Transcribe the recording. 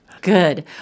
Good